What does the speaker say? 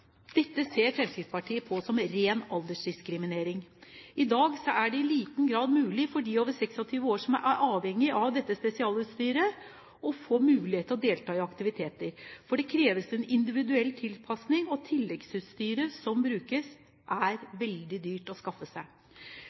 Dette ser Fremskrittspartiet på som ren aldersdiskriminering. I dag er det i liten grad mulig for dem over 26 år som er avhengige av dette spesialutstyret, å delta i aktiviteter. Det kreves en individuell tilpasning, og tilleggsutstyret som brukes, er veldig dyrt å skaffe seg.